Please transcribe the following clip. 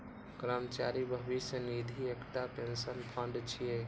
कर्मचारी भविष्य निधि एकटा पेंशन फंड छियै